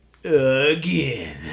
again